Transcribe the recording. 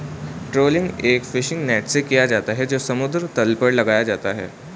trawling एक fishing net से किया जाता है जो समुद्र तल पर लगाया जाता है